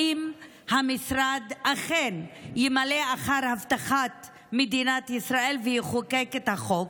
המשרד אכן ימלא אחר הבטחת מדינת ישראל ויחוקק את החוק.